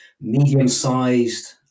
medium-sized